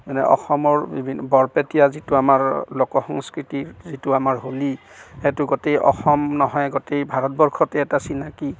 যেনে অসমৰ বিভি বৰপেটীয়া যিটো আমাৰ লোক সংস্কৃতি যিটো আমাৰ হোলী সেইটো গোটেই অসম নহয় গোটেই ভাৰতবৰ্ষতে এটা চিনাকি